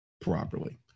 properly